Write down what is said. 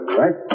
right